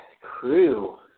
crew